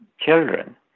children